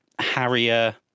Harrier